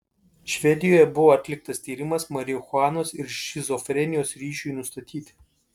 švedijoje buvo atliktas tyrimas marihuanos ir šizofrenijos ryšiui nustatyti